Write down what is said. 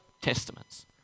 testaments